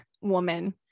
woman